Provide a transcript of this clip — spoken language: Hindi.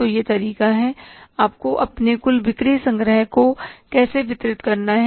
तो यह तरीका है कि आपको अपने कुल बिक्री संग्रह भाग को कैसे वितरित करना है